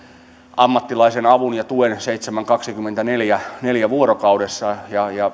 ammattilaisen apu ja tuki kaksikymmentäneljä kautta seitsemän kaksikymmentäneljä tuntia vuorokaudessa